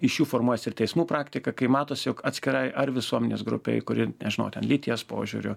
iš jų formuojasi ir teismų praktika kai matosi jog atskirai ar visuomenės grupei kuri nežinau ten lyties požiūriu